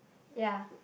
ya